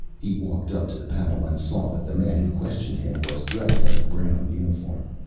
he walked up to the panel, and saw that the man who questioned him was dressed in a brown uniform.